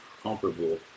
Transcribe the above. comparable